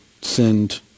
send